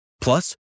Plus